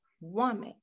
woman